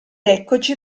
eccoci